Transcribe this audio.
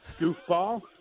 Goofball